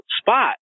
spot